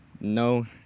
no